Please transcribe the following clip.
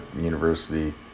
University